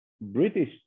British